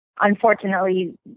unfortunately